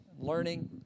learning